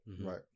right